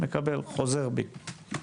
חוזר בי.